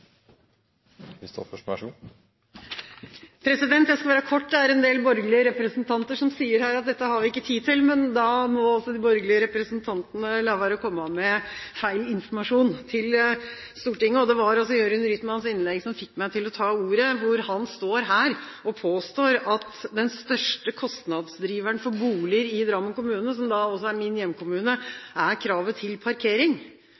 en del borgerlige representanter her som sier at dette har vi ikke tid til. Men da må også de borgerlige representantene la være å komme med feil informasjon til Stortinget. Det var altså representanten Jørund Rytmans innlegg som fikk meg til å ta ordet. Han står her og påstår at den største kostnadsdriveren for boliger i Drammen kommune, som også er min hjemkommune, er kravet til parkering.